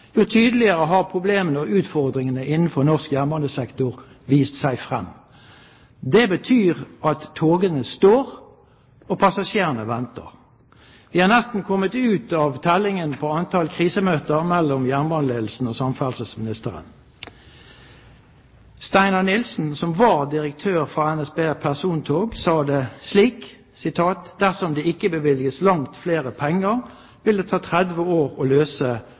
jo tydeligere har problemene og utfordringene innenfor norsk jernbanesektor vist seg frem. Det betyr at togene står, og passasjerene venter. Vi har nesten komme ut av tellingen på antall krisemøter mellom jernbaneledelsen og samferdselsministeren. Stein Nilsen, som var direktør for NSB Persontog, sa det slik: «Dersom ikke det bevilges langt flere penger, vil det ta 30 år å løse